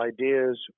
ideas